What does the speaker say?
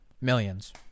Millions